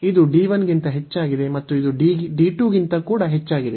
ಇದು D 1 ಗಿಂತ ಹೆಚ್ಚಾಗಿದೆ ಮತ್ತು ಇದು D 2 ಗಿಂತ ಹೆಚ್ಚಾಗಿದೆ